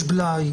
יש בלאי,